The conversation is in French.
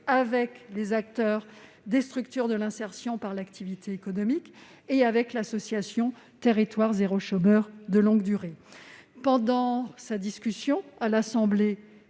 avec les acteurs des structures de l'insertion par l'activité économique et avec l'association Territoires zéro chômeur de longue durée. Pendant sa discussion à l'Assemblée